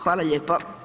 Hvala lijepo.